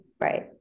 right